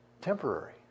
temporary